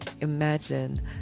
imagine